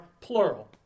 plural